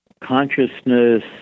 Consciousness